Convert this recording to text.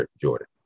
Jordan